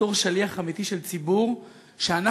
בתור שליח אמיתי של ציבור שאנחנו